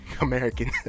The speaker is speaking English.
American